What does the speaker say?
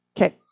Okay